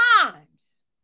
times